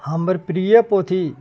हमर प्रिये पोथी